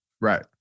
Right